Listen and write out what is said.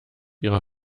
ihrer